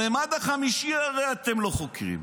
בממד החמישי הרי אתם לא חוקרים.